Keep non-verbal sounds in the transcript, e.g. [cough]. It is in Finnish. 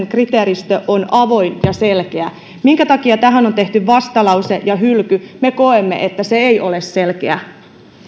[unintelligible] kriteeristö on avoin ja selkeä minkä takia tähän on tehty vastalause ja hylky me koemme että se ei ole selkeä arvoisa